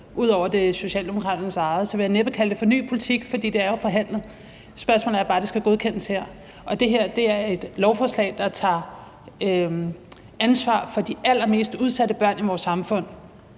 Ud over at det er Socialdemokraternes eget forslag, vil jeg næppe kalde det for ny politik, for det er jo forhandlet. Sagen er bare, at det skal godkendes her. Og det her er et lovforslag, der tager ansvar for de allermest udsatte børn i vores samfund.